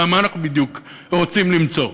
מה אנחנו בדיוק רוצים למצוא?